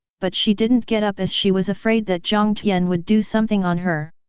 but she didn't get up as she was afraid that jiang tian would do something on her.